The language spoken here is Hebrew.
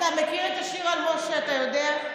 אתה מכיר את השיר על "משה, אתה יודע"?